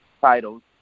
titles